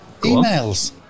emails